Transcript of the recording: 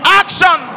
action